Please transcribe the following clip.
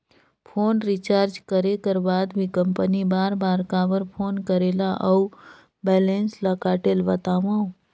Phone recharge करे कर बाद भी कंपनी बार बार काबर फोन करेला और बैलेंस ल काटेल बतावव?